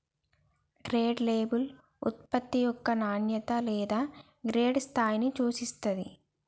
grade label ఉత్పత్తి యొక్క నాణ్యత లేదా గ్రేడ్ స్థాయిని సూచిత్తాంది